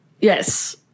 Yes